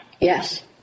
Yes